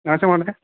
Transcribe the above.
नमस्ते महोदय